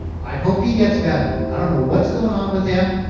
i hope he gets better. i don't know what's going on with him.